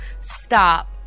Stop